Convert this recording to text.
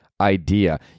idea